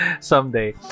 someday